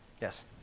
Yes